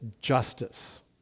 justice